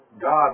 God